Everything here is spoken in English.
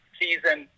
season